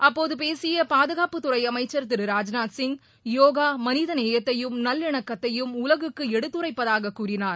அப்போது பேசிய பாதுகாப்புத்துறை அமைச்சர் திரு ராஜ்நாத்சிங் போகா மனித நேயத்தையும் நல்லிணக்கத்தையும் உலகுக்கு எடுத்துரைப்பதாக கூறினார்